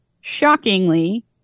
shockingly